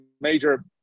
major